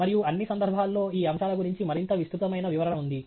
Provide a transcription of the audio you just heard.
మరియు అన్ని సందర్భాల్లో ఈ అంశాల గురించి మరింత విస్తృతమైన వివరణ ఉంది